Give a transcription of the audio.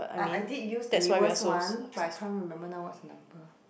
I I did the newest one but I can't remember now what's the number